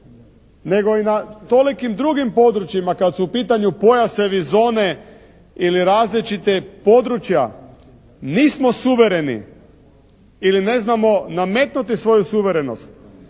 nego i na tolikim drugim područjima kad su u pitanju pojasevi, zone ili različita područja nismo suvereni ili ne znamo nametnuti svoju suverenost.